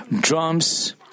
drums